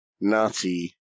Nazi